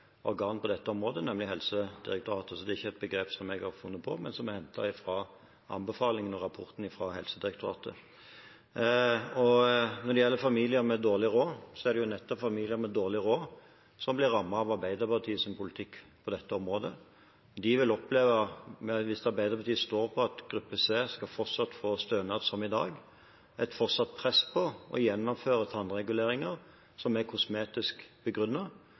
på dette området, nemlig Helsedirektoratet. Det er ikke et uttrykk som jeg har funnet på, det er hentet fra anbefalingene og rapporten fra Helsedirektoratet. Når det gjelder familier med dårlig råd, er det nettopp de som blir rammet av Arbeiderpartiets politikk på dette området. De vil, hvis Arbeiderpartiet står på at gruppe C fortsatt skal få stønad som i dag, oppleve et fortsatt press om å gjennomføre tannreguleringer som er kosmetisk